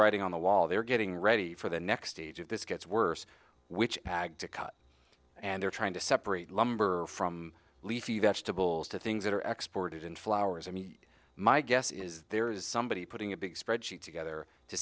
writing on the wall there getting ready for the next stage of this gets worse which to cut and they're trying to separate lumber from leafy vegetables to things that are export in flowers i mean my guess is there is somebody putting a big spread sheet together to